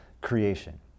creation